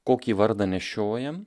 kokį vardą nešiojam